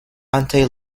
anti